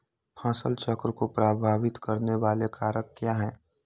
फसल चक्र को प्रभावित करने वाले कारक क्या है?